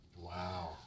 Wow